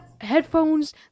headphones